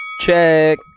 Check